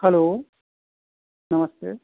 hello नमस्ते